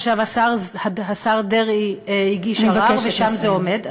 עכשיו, השר דרעי הגיש ערר, ושם זה עומד.